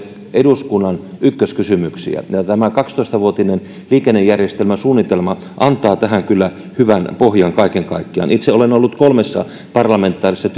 eduskunnan ykköskysymyksiä ja kaksitoista vuotinen liikennejärjestelmäsuunnitelma antaa tähän kyllä hyvän pohjan kaiken kaikkiaan itse olen ollut kolmessa parlamentaarisessa